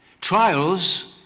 Trials